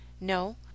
No